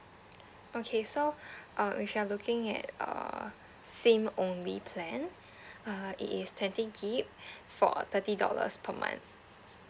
okay so uh if you are looking at uh SIM only plan uh it is twenty GIG for thirty dollars per month